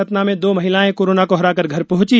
सतना में दो महिलाए कोरोना को हराकर घर पहुंची